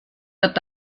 wird